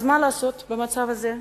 אז מה לעשות במצב הזה?